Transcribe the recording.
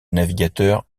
navigateur